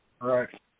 Right